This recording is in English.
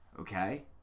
Okay